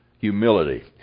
Humility